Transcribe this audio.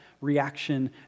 reaction